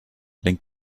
lenkt